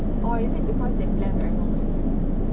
or is it because they planned very long already